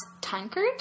tankard